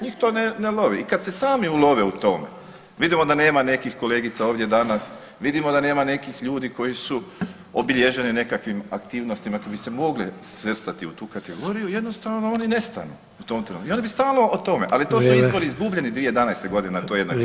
Njih to ne lovi, i kad se sami ulove u tome, vidimo da nema nekih kolegica ovdje danas, vidimo da nema nekih ljudi koji su obilježeni nekakvim aktivnostima koje bi se mogle svrstati u tu kategoriju, jednostavno oni nestanu u tom trenu, i oni bi stalno o tome, ali to su izbori izguljeni 2011. godine na toj jednoj percepciji.